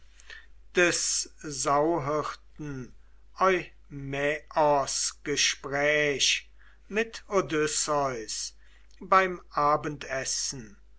des sauhirten eumaios gespräch mit odysseus beim abendessen